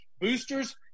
Boosters